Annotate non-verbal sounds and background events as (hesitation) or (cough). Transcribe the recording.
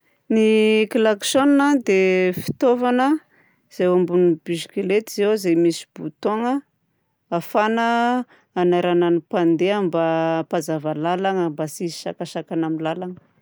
Ny klaksaonina (hesitation) dia (hesitation) fitaovana izay eo ambonin'ny bisikileta izy io izay misy bouton ahafahana hanairana ny mpandeha mba (hesitation) hampazava lalagna mba tsy hisy sakasakana amin'ny lalagna.